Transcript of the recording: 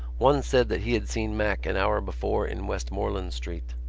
one said that he had seen mac an hour before in westmoreland street.